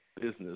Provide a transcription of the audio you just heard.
business